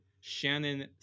Shannon